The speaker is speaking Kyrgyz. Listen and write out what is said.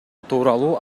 тууралуу